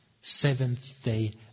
Seventh-day